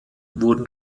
wurden